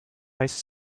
ice